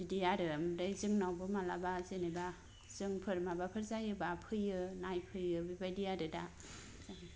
बिदि आरो ओमफ्राय जोंनावबो मालाबा जेनोबा जोंफोर माबाफोर जायोबा फैयो नाइफैयो बेबायदि आरो दा